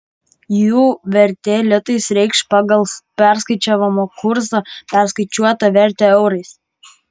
jų vertė litais reikš pagal perskaičiavimo kursą perskaičiuotą vertę eurais